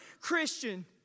Christian